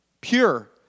Pure